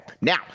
now